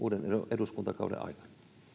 eduskuntakauden aikana